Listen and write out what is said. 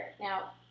Now